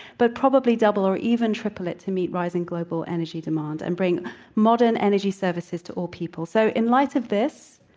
but probably double or even triple it to meet rising global energy demand and bring modern energy services to all people. so, in light of this,